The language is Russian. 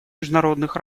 международных